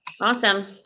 Awesome